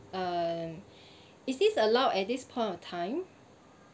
uh is this allowed at this point of time